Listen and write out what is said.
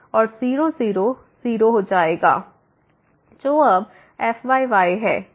और 0 0 0 होगा जाएगा जो अब fyy है